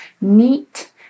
neat